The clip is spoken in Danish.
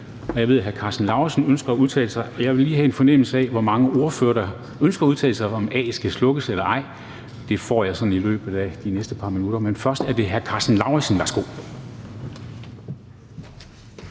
jeg ved, at hr. Karsten Lauritzen ønsker at udtale sig. Jeg vil lige skaffe mig en fornemmelse af, hvor mange ordførere der ønsker at udtale sig, i forhold til om afstemnings-A'et skal slukkes eller ej. Det får jeg i løbet af de næste par minutter. Men først er det hr. Karsten Lauritzen. Værsgo.